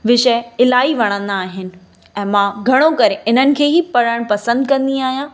विषय इलाही वणंदा आहिनि ऐं मां घणो करे इन्हनि खे ई पढ़ण पसंदि कंदी आहियां